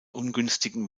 ungünstigen